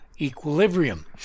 equilibrium